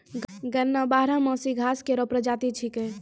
गन्ना बारहमासी घास केरो प्रजाति छिकै